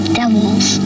devils